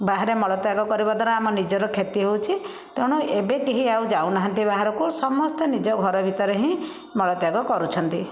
ବାହାରେ ମଳତ୍ୟାଗ କରିବା ଦ୍ଵାରା ଆମ ନିଜର କ୍ଷତି ହେଉଛି ତେଣୁ ଏବେ କେହି ଆଉ ଯାଉନାହାନ୍ତି ବାହାରକୁ ସମସ୍ତେ ନିଜ ଘର ଭିତରେ ହିଁ ମଳତ୍ୟାଗ କରୁଛନ୍ତି